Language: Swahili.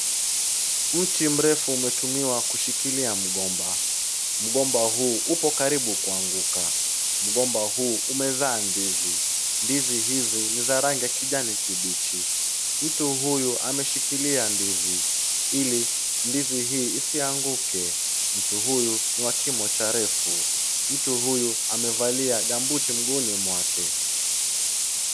Mti mrefu umetumiwa kushikilia mgomba. Mgomba huu upo karibu kwanguka. Mgomba huu umezaa ndizi. Ndizi hizi ni za rangi ya kijani kibichi. Mtu huyu ameshikilia ndizi. Ili, ndizi hii isianguke. Mtu huyu ni wa kimo cha refu. Mtu huyu amevalia gambuti mguuni mwake.